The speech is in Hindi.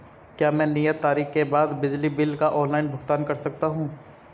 क्या मैं नियत तारीख के बाद बिजली बिल का ऑनलाइन भुगतान कर सकता हूं?